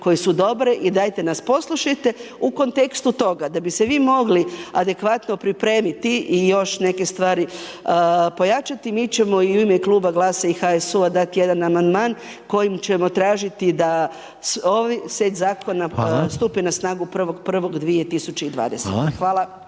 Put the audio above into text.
koje su dobre i dajte nas poslušajte. U kontekstu toga da bi se vi mogli adekvatno pripremiti i još neke stvari pojačati mi ćemo i u ime Kluba Glasa i HSU-a dat jedan amandman kojim ćemo tražiti da ovi set zakona …/Upadica: Hvala./…